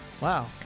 Wow